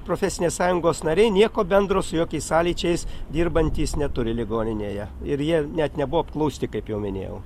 profesinės sąjungos nariai nieko bendro su jokiais sąlyčiais dirbantys neturi ligoninėje ir jie net nebuvo apklausti kaip jau minėjau